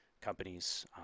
companies